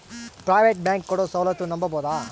Private bank ಕೊಡೊ ಸೌಲತ್ತು ನಂಬಬೋದ?